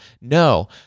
No